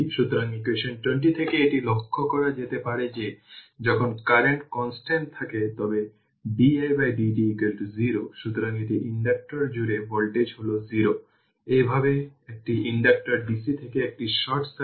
সুতরাং এখানে পোলারিটি এখানে দেওয়া হয়েছে এটি হল কিন্তু এখানে এটি এই হল এই সমস্যাটির কৌশল